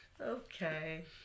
Okay